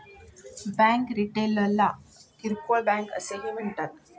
bank रिटेलला किरकोळ bank असेही म्हणतात